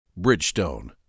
Bridgestone